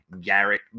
Garrett